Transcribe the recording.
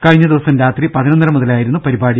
കഴിഞ്ഞ ദിവസം രാത്രി പതിനൊന്നര മുതലായിരുന്നു പരിപാടി